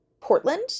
Portland